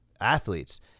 athletes